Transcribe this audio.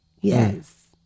yes